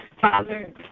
Father